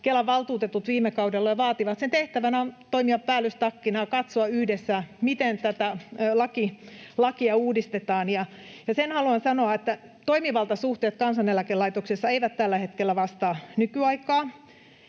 Kelan valtuutetut viime kaudella jo vaativat, tehtävänä on toimia päällystakkina, katsoa yhdessä, miten tätä lakia uudistetaan. Sen haluan sanoa, että toimivaltasuhteet Kansaneläkelaitoksessa eivät tällä hetkellä vastaa nykyaikaa.